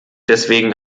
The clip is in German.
deswegen